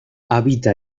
habita